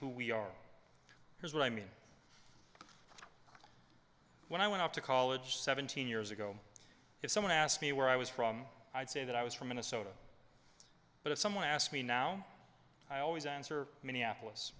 who we are here's what i mean when i went off to college seventeen years ago if someone asked me where i was from i'd say that i was from minnesota but if someone asked me now i always answer minneapolis